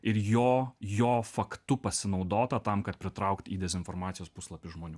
ir jo jo faktu pasinaudota tam kad pritraukt į dezinformacijos puslapius žmonių